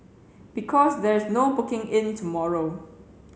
because there's no booking in tomorrow